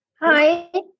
Hi